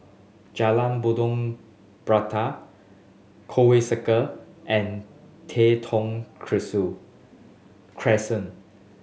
Jalan Buloh Perindu Conway Circle and Tai Thong Crescent